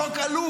"חוק עלוב",